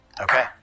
Okay